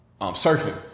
surfing